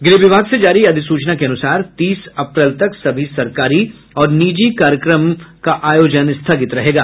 गृह विभाग से जारी अधिसूचना के अनुसार तीस अप्रैल तक सभी सरकारी और निजी कार्यक्रम का आयोजन स्थगित रहेगा